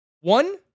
one